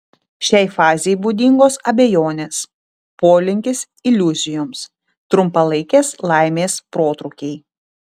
šiai fazei būdingos abejonės polinkis iliuzijoms trumpalaikės laimės protrūkiai